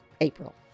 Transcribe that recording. April